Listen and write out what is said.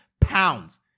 pounds